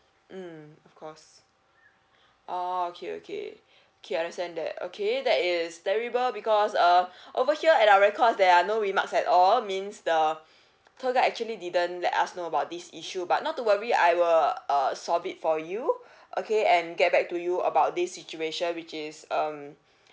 mm of course oh okay okay okay understand that okay that is terrible because uh over here at our records there are no remarks at all means the tour guide actually didn't let us know about this issue but not to worry I will uh solve it for you okay and get back to you about this situation which is um